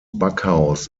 backhaus